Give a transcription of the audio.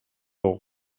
leur